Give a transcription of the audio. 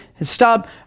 stop